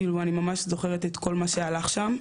כאילו אני ממש זוכרת את כל מה שהלך שם,